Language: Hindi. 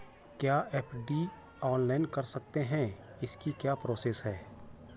क्या एफ.डी ऑनलाइन कर सकते हैं इसकी क्या प्रोसेस है?